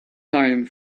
silent